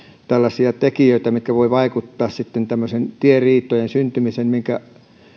tällaisia tekijöitä mitkä voivat vaikuttaa sitten tämmöisten tieriitojen syntymiseen minkä